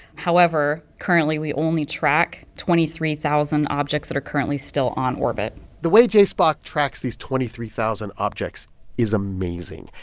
however, currently, we only track twenty three thousand objects that are currently still on orbit the way jspoc tracks these twenty three thousand objects is amazing.